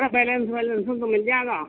سب balance مل جائے گا